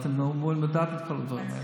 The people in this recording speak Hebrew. אתם אמורים לדעת את כל הדברים האלה.